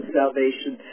salvation